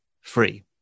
free